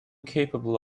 capable